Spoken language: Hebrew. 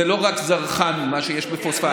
זה לא רק זרחן, מה שיש בפוספטים.